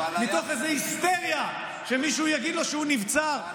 מתוך איזו היסטריה שמישהו יגיד לו שהוא נבצר,